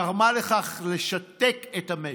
גרמה לשיתוק המשק,